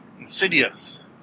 Insidious